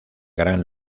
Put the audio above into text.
gran